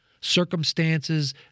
circumstances